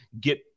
get